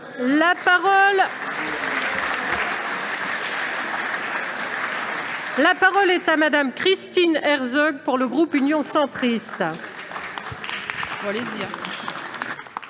La parole est à Mme Christine Herzog, pour le groupe Union Centriste.